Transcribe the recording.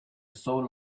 soul